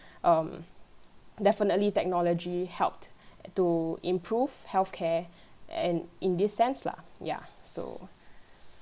um definitely technology helped to improve healthcare and in this sense lah ya so